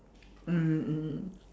mm mm